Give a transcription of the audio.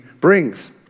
brings